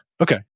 okay